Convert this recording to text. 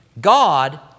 God